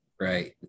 right